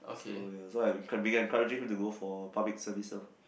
so ya so I've been encouraging him to go for public services